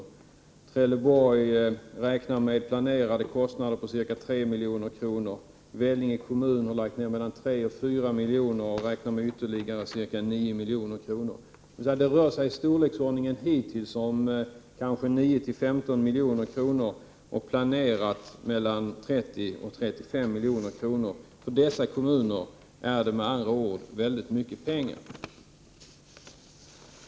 I Trelleborgs kommun räknar man med planerade kostnader på ca 3 milj.kr., och i Vellinge kommun har man lagt ned 3-4 milj.kr., och man räknar med ytterligare ca 9 milj.kr. Det rör sig hittills om utgifter i storleksordningen 9-15 milj.kr. och man planerar utgifter på 30-35 milj.kr. Det är för dessa kommuner fråga om mycket pengar.